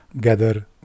gather